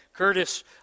Curtis